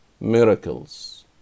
miracles